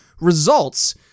results